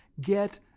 get